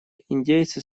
индейцы